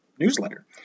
Newsletter